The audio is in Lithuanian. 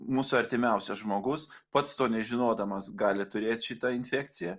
mūsų artimiausias žmogus pats to nežinodamas gali turėt šitą infekciją